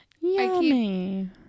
Yummy